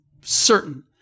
certain